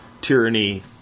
tyranny